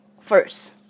first